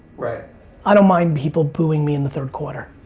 i don't mind people booing me in the third quarter.